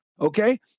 okay